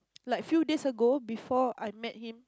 like few days ago before I meet him